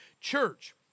church